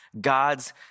God's